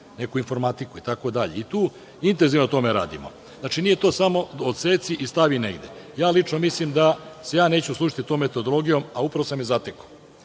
neko informatiku, itd, i na tome intenzivno radimo. Znači, nije to samo odseci i stavi negde. Lično mislim da se neću služiti tom metodologijom, a upravo sam je zatekao,